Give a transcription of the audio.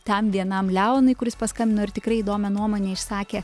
tam vienam leonui kuris paskambino ir tikrai įdomią nuomonę išsakė